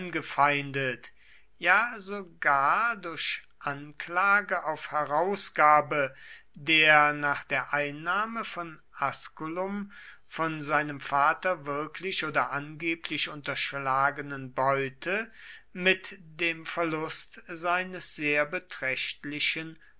angefeindet ja sogar durch anklage auf herausgabe der nach der einnahme von asculum von seinem vater wirklich oder angeblich unterschlagenen beute mit dem verlust seines sehr beträchtlichen